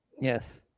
Yes